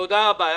תודה רבה.